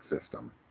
system